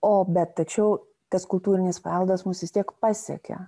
o bet tačiau tas kultūrinis paveldas mus vis tiek pasiekė